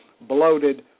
bloated